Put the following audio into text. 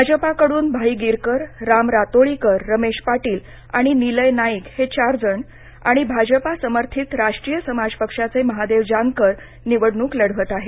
भाजपाकड्रन भाई गिरकर राम रातोळीकर रमेश पाटील आणि निलय नाईक हे चार जण आणि भाजपा समर्थित राष्ट्रीय समाज पक्षाचे महादेव जानकर निवडणूक लढवत आहेत